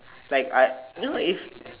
like I you know it's